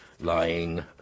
lying